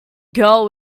girl